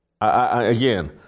Again